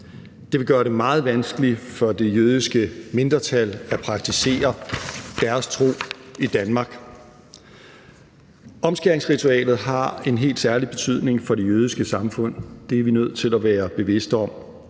Det vil gøre det meget vanskeligt for det jødiske mindretal at praktisere deres tro i Danmark. Omskæringsritualet har en helt særlig betydning for det jødiske samfund. Det er vi nødt til at være bevidste om.